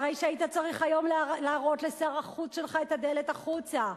הרי היית צריך היום להראות לשר החוץ שלך את הדלת החוצה,